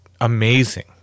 amazing